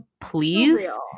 please